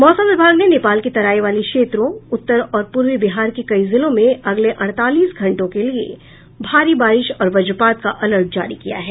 मौसम विभाग ने नेपाल के तराई वाले क्षेत्रों उत्तर और पूर्वी बिहार के कई जिलों में अगले अड़तालीस घंटों के लिए भारी बारिश और वज्रपात का अलर्ट जारी किया है